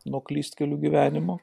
nuo klystkelių gyvenimo